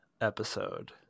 episode